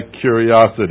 curiosity